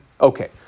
Okay